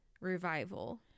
revival